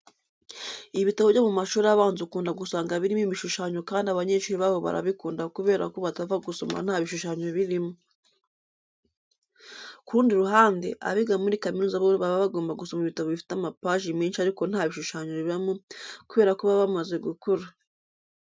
Ibitabo byo mu mashuri abanza ukunda gusanga birimo ibishushanyo kandi abanyeshuri baho barabikunda kubera ko batapfa gusoma nta bishushanyo birimo. Ku rundi ruhande, abiga muri kaminuza bo baba bagomba gusoma ibitabo bifite amapaji menshi ariko nta bishushanyo bibamo kubera ko baba bamaze gukura.